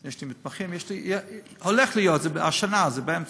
יש לי מתמחים, הולך להיות, השנה, זה באמצע.